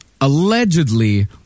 allegedly